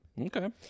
Okay